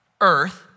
Earth